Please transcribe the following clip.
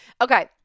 Okay